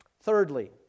Thirdly